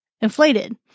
inflated